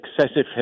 excessive